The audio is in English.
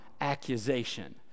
accusation